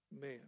man